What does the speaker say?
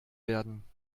werden